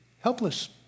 Helpless